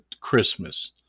Christmas